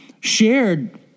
shared